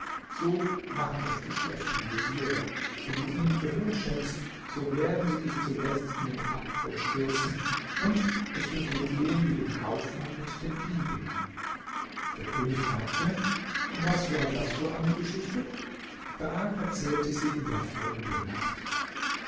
so machen es die schlechten veziere wenn du ihnen gehör schenkst so werden sie dich zuletzt in den abgrund stürzen und es wird dir gehen wie dem kaufmann mit den dieben der könig fragte was war das für eine geschichte da erzählte sie in der folgenden nacht